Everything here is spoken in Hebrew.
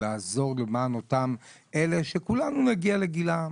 של לעזור ולהיות למען אלה שכולנו נגיע לגילם.